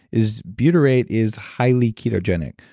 is butyrate is highly ketogenic.